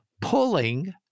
pulling